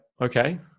okay